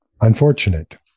unfortunate